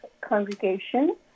congregation